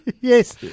Yes